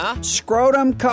Scrotum